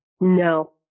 No